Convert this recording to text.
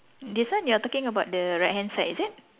this one you are talking about the right hand side is it